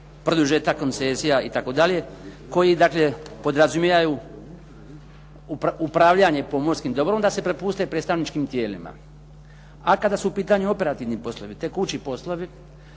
produžetak koncesija itd. koji dakle podrazumijevaju upravljanje pomorskim dobrom da se prepuste predstavničkim tijelima. A kada su u pitanju operativni poslovi, tekući poslovi,